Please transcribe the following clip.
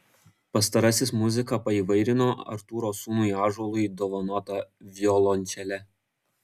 pastarasis muziką paįvairino artūro sūnui ąžuolui dovanota violončele